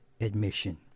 admission